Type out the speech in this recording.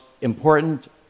important